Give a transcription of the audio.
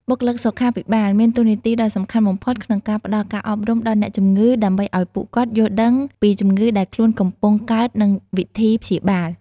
បុគ្គលិកសុខាភិបាលមានតួនាទីដ៏សំខាន់បំផុតក្នុងការផ្តល់ការអប់រំដល់អ្នកជំងឺ ដើម្បីឱ្យពួកគាត់យល់ដឹងពីជំងឺដែលខ្លួនកំពុងកើតនិងវិធីព្យាបាល។